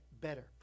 better